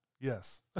Yes